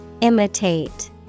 Imitate